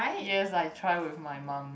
yes I try with my mum